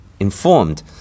Informed